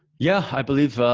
yeah, i believe,